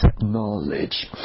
knowledge